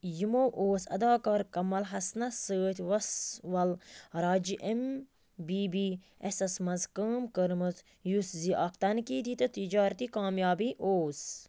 یِمَو اوس اَداکار کمل حَسنَس سۭتۍ Vasool Raja M B B S سَس منٛز کٲم کٔرمٕژ یُس زِ اکھ تنقیٖدی تہٕ تِجارتی کامیابی اوس